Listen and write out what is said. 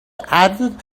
added